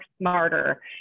smarter